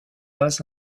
pas